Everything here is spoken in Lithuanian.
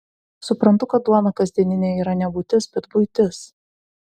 suprantu kad duona kasdieninė yra ne būtis bet buitis